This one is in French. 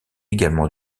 également